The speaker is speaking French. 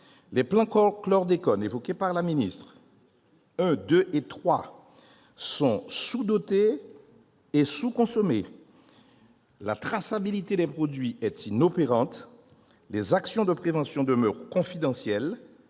Les plans chlordécone I, II et III évoqués par la ministre sont sous-dotés et sous-consommés. La traçabilité des produits est inopérante, les actions de prévention demeurent confidentielles